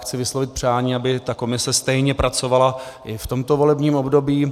Chci vyslovit přání, aby komise stejně pracovala i v tomto volebním období.